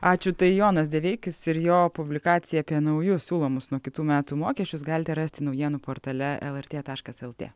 ačiū tai jonas deveikis ir jo publikacija apie naujus siūlomus nuo kitų metų mokesčius galite rasti naujienų portale lrt taškas lt